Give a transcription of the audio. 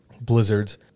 Blizzards